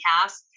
cast